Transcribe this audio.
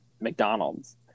McDonald's